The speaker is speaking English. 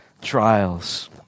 trials